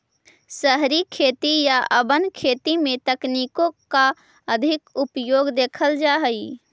शहरी खेती या अर्बन खेती में तकनीकों का अधिक उपयोग देखल जा हई